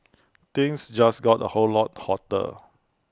things just got A whole lot hotter